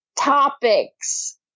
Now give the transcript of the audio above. topics